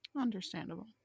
Understandable